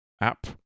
app